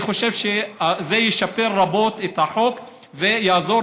אני חושב שזה ישפר רבות את החוק ויעזור